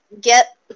get